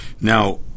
now